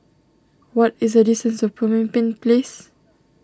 what is the distance to Pemimpin Place